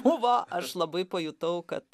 buvo aš labai pajutau kad